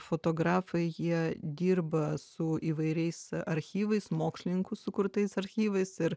fotografai jie dirba su įvairiais archyvais mokslininkų sukurtais archyvais ir